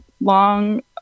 long